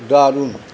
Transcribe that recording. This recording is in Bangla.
দারুণ